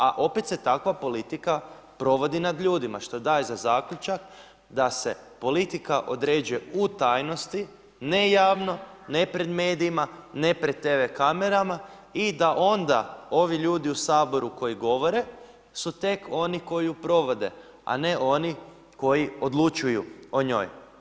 A opet se takva politika provodi nad ljudima što daje za zaključak da se politika određuje u tajnosti, ne javno, ne pred medijima, ne pred tv kamerama i da onda ovi ljudi u Saboru koji govore, su tek oni koji su provode a ne oni koji odlučuju o njoj.